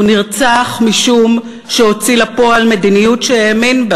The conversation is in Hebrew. הוא נרצח משום שהוציא לפועל מדיניות שהאמין בה